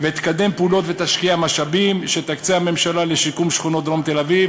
ותקדם פעולות ותשקיע משאבים שתקצה הממשלה לשיקום שכונות דרום תל-אביב,